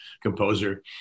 composer